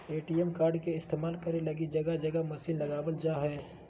ATM card के इस्तेमाल करे लगी जगह जगह मशीन लगाबल जा हइ